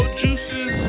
juices